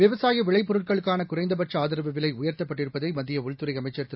விவசாய விளைபொருட்களுக்கான குறைந்தபட்ச ஆதரவு விலை உயர்த்தப்பட்டிருப்பதை மத்திய உள்துறை அமைச்சர் திரு